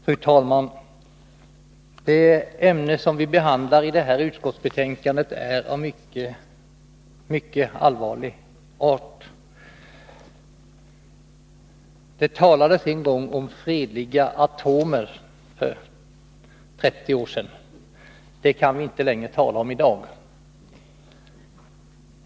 Fru talman! Det ämne som vi behandlar i det här utskottsbetänkandet är av mycket allvarlig art. Det talades en gång för 30 år sedan om fredliga atomer. Det kan vi inte längre göra i dag.